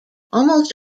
almost